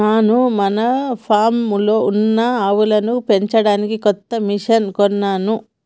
నాను మన ఫామ్లో ఉన్న ఆవులను పెంచడానికి కొత్త మిషిన్లు కొన్నాను